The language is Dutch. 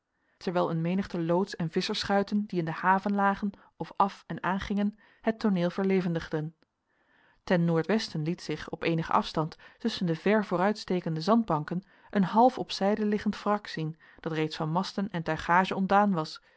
terwijl een menigte loods en visschersschuiten die in de haven lagen of af en aangingen het tooneel verlevendigden ten noordwesten liet zich op eenigen afstand tusschen de ver vooruitstekende zandbanken een half op zijde liggend wrak zien dat reeds van masten en tuigage ontdaan was